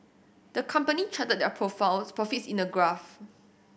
the company charted their perform profits in a graph